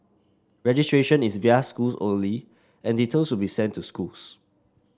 registration is via schools only and details will be sent to schools